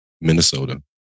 Minnesota